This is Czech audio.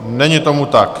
Není tomu tak.